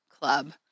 club